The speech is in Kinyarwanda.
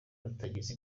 batarageza